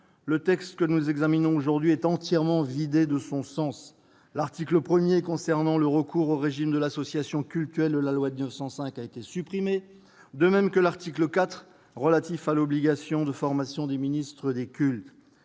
le texte que nous examinons aujourd'hui est entièrement vidé de son sens. L'article 1 concernant le recours au régime de l'association cultuelle de la loi de 1905 a été supprimé, de même que l'article 4 relatif à l'obligation de formation des ministres des cultes.